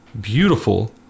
beautiful